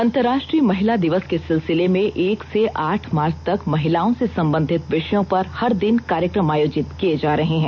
अंतरराष्ट्रीय महिला दिवस के सिलसिले में एक से आठ मार्च तक महिलाओं से संबंधित विषयों पर हर दिन कार्यक्रम आयोजित किये जा रहे हैं